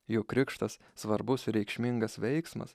juk krikštas svarbus ir reikšmingas veiksmas